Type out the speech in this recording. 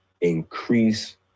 increase